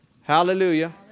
Hallelujah